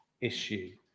issue